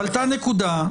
עלתה נקודה,